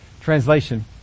translation